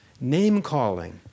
name-calling